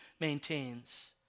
maintains